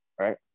right